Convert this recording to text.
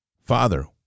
Father